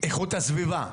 איכות הסביבה.